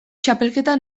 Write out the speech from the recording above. txapelketa